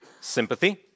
sympathy